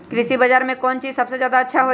कृषि बजार में कौन चीज सबसे अच्छा होई?